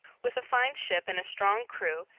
with a fine ship and a strong crew,